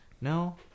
No